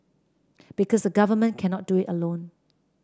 because the government cannot do it alone